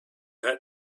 had